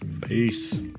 Peace